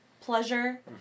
pleasure